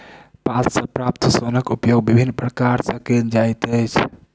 पात सॅ प्राप्त सोनक उपयोग विभिन्न प्रकार सॅ कयल जाइत अछि